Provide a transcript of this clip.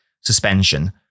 suspension